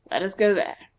let us go there.